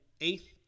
eighth